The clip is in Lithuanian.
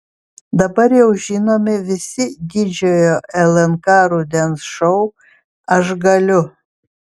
dabar jau žinomi visi didžiojo lnk rudens šou aš galiu